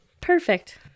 Perfect